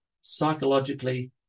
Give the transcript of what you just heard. psychologically